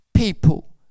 People